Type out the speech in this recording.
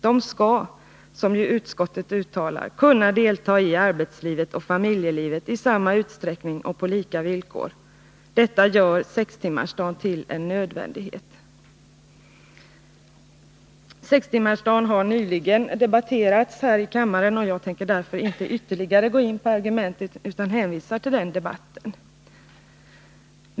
De skall, som utskottet uttalar, kunna delta i arbetslivet och familjelivet i samma utsträckning och på lika villkor. Detta gör sextimmarsdagen till en nödvändighet. Sextimmarsdagen har nyligen debatterats här i kammaren, och jag tänker därför inte ytterligare gå in på argumenten utan hänvisar till den debatten.